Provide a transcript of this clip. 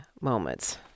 moments